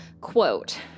quote